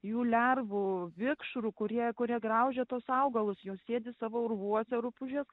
jų lervų vikšrų kurie kurie graužia tuos augalus jos sėdi savo urvuose rupūžės